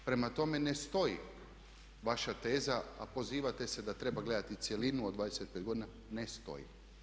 Prema tome, ne stoji vaša teza, a pozivate se da treba gledati cjelinu od 25 godina, ne stoji.